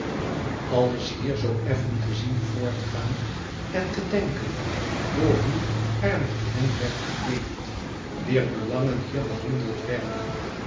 alles hier zoo effen te zien voortgaan en te denken hoe ruw er met hen werd geleefd wier belangen hier behandeld werden